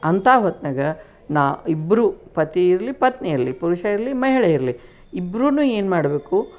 ಅಂಥ ಹೊತ್ನಲ್ಲಿ ನಾ ಇಬ್ಬರೂ ಪತಿ ಇರಲಿ ಪತ್ನಿ ಇರಲಿ ಪುರುಷ ಇರಲಿ ಮಹಿಳೆ ಇರಲಿ ಇಬ್ಬರೂ ಏನು ಮಾಡಬೇಕು